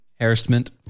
harassment